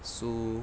so